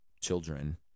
children